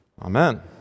Amen